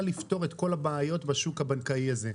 לפתור את כל הבעיות בשוק הבנקאי הזה.